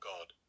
God